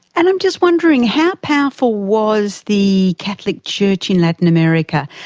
and i'm just wondering, how powerful was the catholic church in latin america,